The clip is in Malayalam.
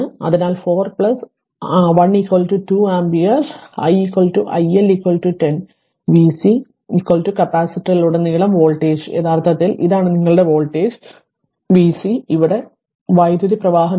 അതിനാൽ 4 പ്ലസ് 1 2 ആമ്പിയറിൽ i i L 10 v C കപ്പാസിറ്ററിലുടനീളം വോൾട്ടേജ് യഥാർത്ഥത്തിൽ ഇതാണ് നിങ്ങളുടെ വോൾട്ടേജ് v C ഇവിടെ വൈദ്യുത പ്രവാഹം ഇല്ല